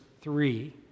three